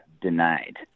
denied